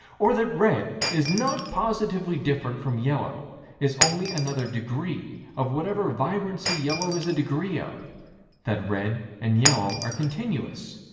or that red is not positively different from yellow is only another degree of whatever vibrancy yellow is a degree of that red and yellow are continuous,